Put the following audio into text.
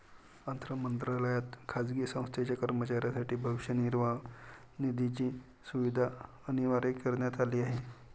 अर्थ मंत्रालयात खाजगी संस्थेच्या कर्मचाऱ्यांसाठी भविष्य निर्वाह निधीची सुविधा अनिवार्य करण्यात आली आहे